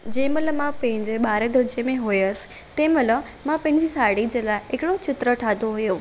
जंहिंमहिल मां पंहिंजे ॿारहें दरिजे में हुयसि तंहिंमहिल मां पंहिंजी साहेड़ीअ जे लाइ हिकिड़ो चित्र ठाहियो हुयो